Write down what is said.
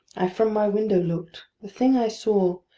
i from my window looked the thing i saw,